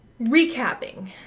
recapping